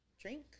drink